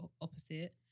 opposite